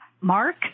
Mark